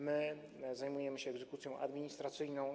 My zajmujemy się egzekucją administracyjną.